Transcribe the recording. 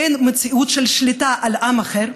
אין מציאות של שליטה על עם אחר,